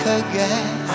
again